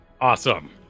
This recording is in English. Awesome